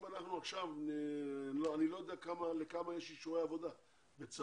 אם אנחנו עכשיו אני לא יודע לכמה יש אישורי עבודה בצה"ל.